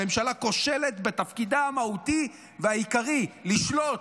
הממשלה כושלת בתפקידה המהותי והעיקרי, לשלוט.